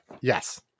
Yes